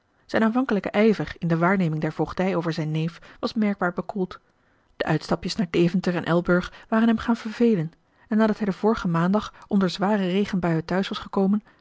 zijn aanvankelijke ijver in de waarneming der marcellus emants een drietal novellen voogdij over zijn neef was merkbaar bekoeld de uitstapjes naar deventer en elburg waren hem gaan vervelen en nadat hij den vorigen maandag onder zware regenbuien te huis was gekomen